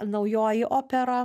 naujoji opera